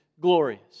glorious